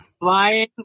Flying